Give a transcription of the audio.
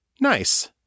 Nice